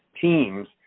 teams